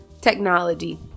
technology